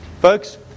Folks